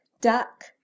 duck